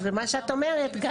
ואת אומרת גם